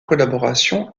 collaboration